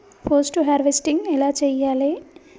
Post harvesting ఎలా చెయ్యాలే?